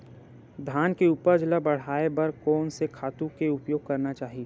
धान के उपज ल बढ़ाये बर कोन से खातु के उपयोग करना चाही?